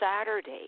Saturday